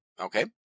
Okay